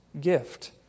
gift